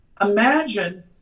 Imagine